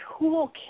toolkit